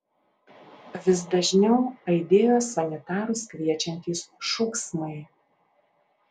vis dažniau aidėjo sanitarus kviečiantys šūksmai